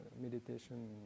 meditation